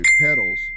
petals